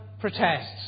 protests